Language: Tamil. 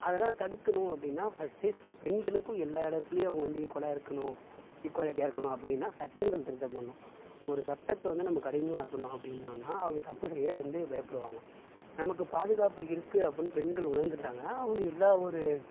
அதெலாம் தடுக்கணும் அப்படினா ஃபஸ்ட்டு பெண்களுக்கும் எல்லா இடத்துலயும் அவங்க வந்து ஈக்குவாலாக இருக்கணும் ஈக்குவாலிட்டியாக இருக்கணும் அப்படினா சட்டங்கள் திருத்தம் பண்ணணும் ஒரு சட்டத்தை வந்து நம்ப கடுமையாக்கணும் அப்படின்னோனா அவங்க தப்பு செய்ய வந்து பயப்படுவாங்க நமக்கு பாதுகாப்பு இருக்குது அப்படினு பெண்கள் உணர்ந்துட்டாங்கனால் அவங்க எல்லா ஒரு